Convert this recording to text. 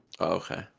Okay